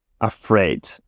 afraid